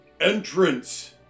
entrance